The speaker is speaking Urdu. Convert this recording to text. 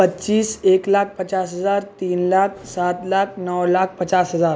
پچیس ایک لاکھ پچاس ہزار تین لاکھ سات لاکھ نو لاکھ پچاس ہزار